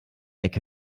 ecke